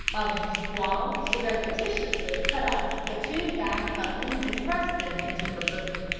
while his squaw surreptitiously cut off the two back buttons and thrust them into her bosom.